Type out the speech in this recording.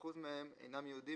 מ-50% מהם" אינם יהודים